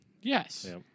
Yes